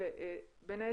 הוא התייחס